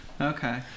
Okay